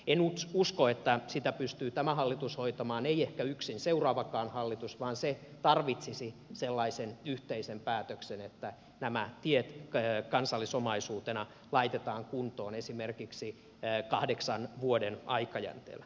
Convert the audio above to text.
en usko että sitä pystyy tämä hallitus hoitamaan ei ehkä yksin seuraavakaan hallitus vaan se tarvitsisi sellaisen yhteisen päätöksen että nämä tiet kansallisomaisuutena laitetaan kuntoon esimerkiksi kahdeksan vuoden aikajänteellä